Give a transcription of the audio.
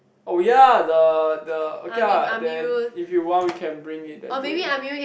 oh ya the the okay uh then if you want we can bring it that day